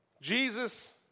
Jesus